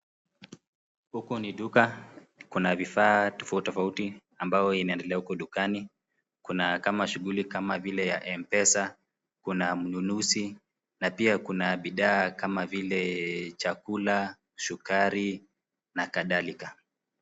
Huku ni duka. Kuna vifaa tofauti tofauti ambayo inaendelea huko dukani. Kuna kama shughuli kama vile ya Mpesa, kuna mnunuzi na pia kuna bidhaa kama vile chakula, sukari na kadhalika.